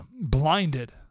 blinded